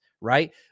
right